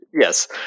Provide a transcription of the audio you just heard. yes